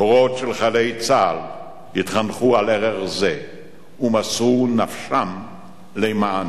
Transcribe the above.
דורות של חיילי צה"ל התחנכו על ערך זה ומסרו נפשם למענו.